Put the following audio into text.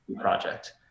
project